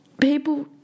people